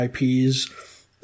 ips